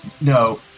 No